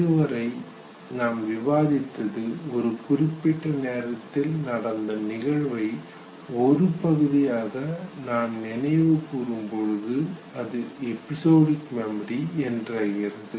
இதுவரை நாம் விவாதித்தது ஒரு குறிப்பிட்ட நேரத்தில் நடந்த நிகழ்வை ஒரு பகுதியாக நாம் நினைவுகூரும் பொழுது அது எபிசோடிக் மெமரி என்றாகிறது